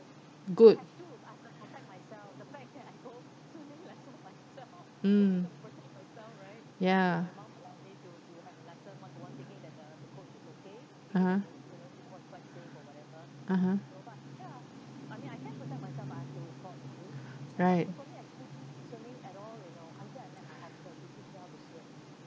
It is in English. good mm ya (uh huh) (uh huh) right